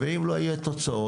ואם לא יהיו תוצאות,